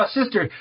sister